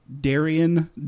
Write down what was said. Darian